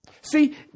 See